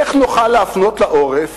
איך נוכל להפנות לה עורף